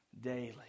daily